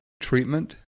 treatment